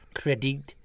credit